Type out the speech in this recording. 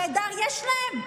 נהדר, יש להם.